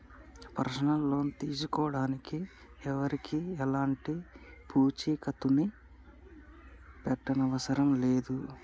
personal loan తీసుకోడానికి ఎవరికీ ఎలాంటి పూచీకత్తుని పెట్టనవసరం లేదు